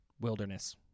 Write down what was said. wilderness